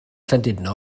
llandudno